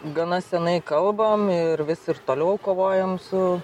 gana seniai kalbam ir vis ir toliau kovojam su